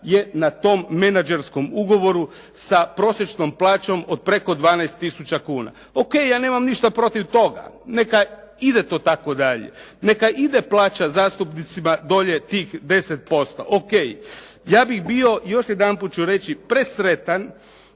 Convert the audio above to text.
je na tom menagerskom ugovoru sa prosječnom plaćom od preko 12 tisuća kuna. O.K., ja nemam ništa protiv toga, neka ide to tako dalje, neka ide plaća zastupnicima dolje tih 10%. O.K., ja bih bio još jedanput ću reći presretan